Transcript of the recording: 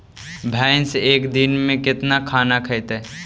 भैंस एक दिन में केतना खाना खैतई?